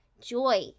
joy